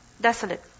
desolate